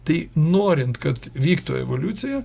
tai norint kad vyktų evoliucija